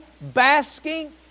basking